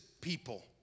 people